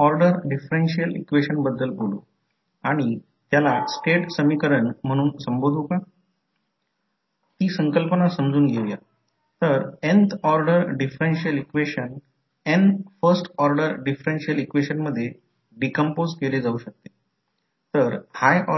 समजा जर डॉट इथे ठेवला असेल तर ते M di2 dt असेल पण प्रश्न असा आहे की इथे करंट डॉट पासून दूर जात आहे ते डॉट पासून दूर जात आहे ते डॉटमध्ये प्रवेश करताना किंवा